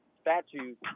statute